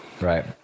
Right